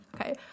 Okay